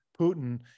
Putin